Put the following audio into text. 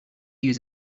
use